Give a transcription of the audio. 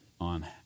on